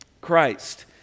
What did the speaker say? Christ